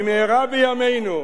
למרות, במהרה בימינו,